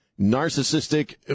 narcissistic